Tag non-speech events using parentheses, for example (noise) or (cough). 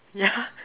ya (laughs)